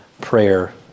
prayer